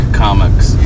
comics